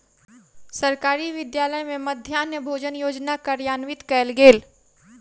सरकारी विद्यालय में मध्याह्न भोजन योजना कार्यान्वित कयल गेल